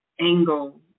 angle